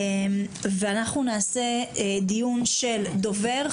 ואנחנו נעשה דיון של דובר,